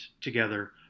together